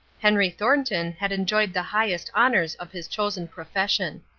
henry thornton had enjoyed the highest honours of his chosen profession.